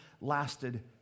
lasted